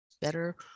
better